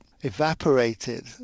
evaporated